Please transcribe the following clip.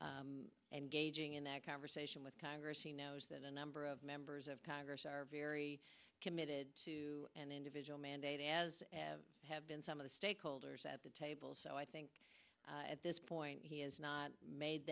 engaging in that conversation with congress he knows that a number of members of congress are very committed to an individual mandate as have been some of the stakeholders at the table so i think at this point he is not made